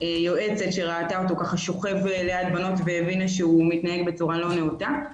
יועצת שראתה אותו שוכב ליד בנות והבינה שהוא מתנהג בצורה לא נאותה.